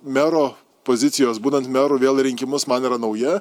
mero pozicijos būnant meru vėl į rinkimus man yra nauja